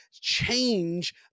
change